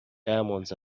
diamonds